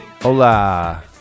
hola